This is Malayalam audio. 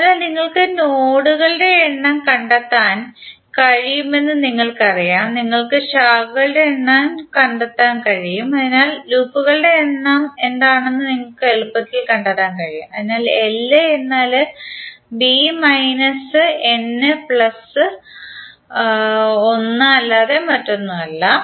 അതിനാൽ നിങ്ങൾക്ക് നോഡുകളുടെ എണ്ണം കണ്ടെത്താൻ കഴിയുമെന്ന് നിങ്ങൾക്കറിയാം നിങ്ങൾക്ക് ശാഖകളുടെ എണ്ണം കണ്ടെത്താൻ കഴിയും അതിനാൽ ലൂപ്പുകളുടെ എണ്ണം എന്താണെന്ന് നിങ്ങൾക്ക് എളുപ്പത്തിൽ കണ്ടെത്താൻ കഴിയും അതിനാൽ l എന്നാൽ ബി മൈനസ് എൻ പ്ലസ് വൺlb n1 അല്ലാതെ മറ്റൊന്നുമല്ല